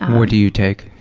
what do you take?